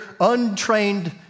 untrained